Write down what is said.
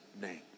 name